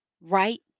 right